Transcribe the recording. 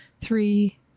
three